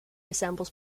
assembles